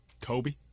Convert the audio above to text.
Kobe